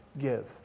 give